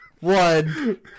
one